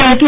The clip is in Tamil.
எல்கே